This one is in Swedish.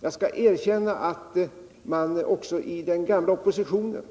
Jag skall erkänna att inte heller den gamla oppositionen